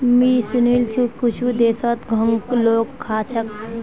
मुई सुनील छि कुछु देशत घोंघाक लोग खा छेक